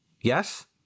Yes